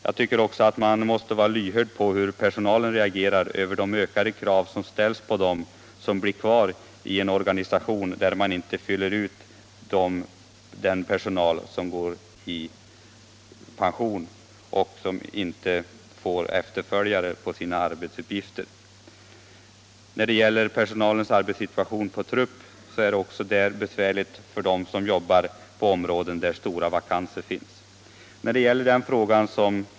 Man måste också vara lyhörd för hur personalen reagerar inför de ökade krav som ställs på dem som blir kvar i en organisation, där vakanserna efter den personal som avgår på grund av pension inte fylls. Personalens arbetssituation är också besvärlig på trupp i de fall där man har många vakanser.